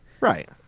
Right